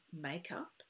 makeup